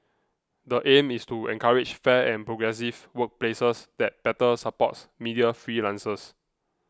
the aim is to encourage fair and progressive workplaces that better supports media freelancers